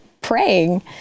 praying